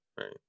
right